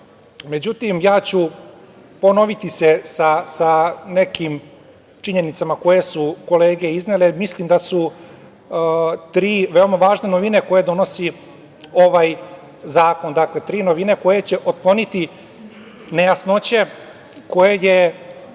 međutim ja ću se ponoviti sa nekim činjenicama koje su kolege iznele, jer mislim da su tri veoma važne novine koje donosi ovaj zakon. Dakle, tri novine koje će otkloniti nejasnoće koje je